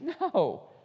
No